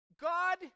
God